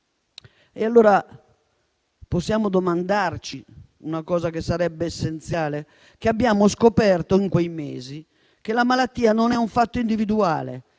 E allora possiamo ricordare una cosa che sarebbe essenziale, che abbiamo scoperto in quei mesi: la malattia non è un fatto individuale,